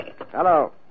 Hello